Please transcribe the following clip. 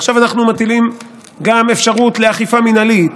ועכשיו אנחנו מטילים גם אפשרות לאכיפה מינהלית,